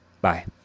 Bye